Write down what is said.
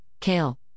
kale